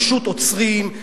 פשוט עוצרים,